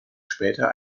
später